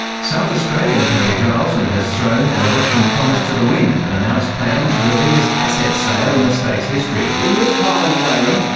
south australian premier, john olsen, has thrown an election promise to the wind and announced plans for the biggest asset sale in the state's history. in this time frame,